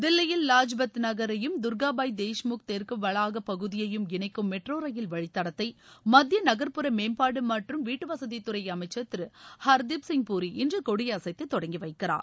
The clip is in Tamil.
தில்லியில் வாஜ்பத் நகரையும் துர்காபாய் தேஷ்முக் தெற்கு வளாகப் பகுதியையும் இணைக்கும் மெட்ரோ ரயில் வழித்தடத்தை மத்திய நகர்ப்புற மேம்பாடு மற்றும் வீட்டுவசதித்துறை அமைச்சர் திரு ஹர்தீப்சிங் பூரி இன்று கொடியசைத்து தொடங்கி வைக்கிறார்